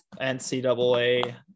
NCAA